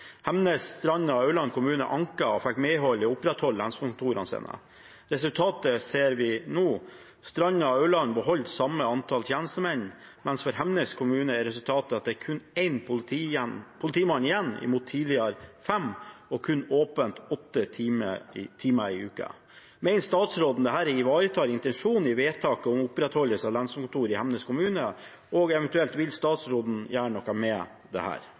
å opprettholde lensmannskontorene sine. Resultatet ser vi nå; Stranda og Aurland beholder samme antall tjenestemenn, mens for Hemnes kommune er resultatet at det er kun én politimann igjen mot tidligere fem, og kun åpent 8 timer i uka. Mener statsråden dette ivaretar intensjonen i vedtaket om opprettholdelse av lensmannskontor i Hemnes kommune, og vil statsråden gjøre noe med